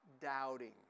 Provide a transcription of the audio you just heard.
doubting